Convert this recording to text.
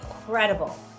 incredible